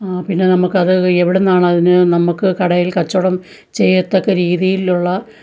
പിന്നെ നമ്മള്ക്കത് എവിടുന്നാണതിന് നമുക്ക് കടയിൽ കച്ചവടം ചെയ്യത്തക്ക രീതിയിലുള്ള